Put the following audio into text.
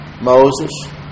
Moses